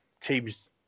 teams